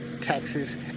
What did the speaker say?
taxes